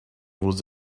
was